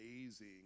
amazing